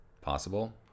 Possible